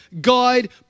guide